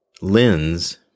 lens